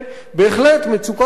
בהחלט מצוקה קשה,